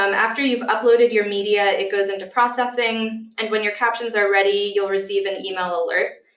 um after you've uploaded your media, it goes into processing. and when your captions are ready, you'll receive an email alert.